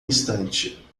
instante